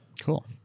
cool